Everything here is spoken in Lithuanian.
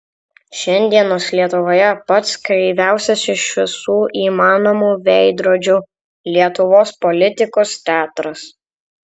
šiandienos lietuvoje pats kreiviausias iš visų įmanomų veidrodžių lietuvos politikos teatras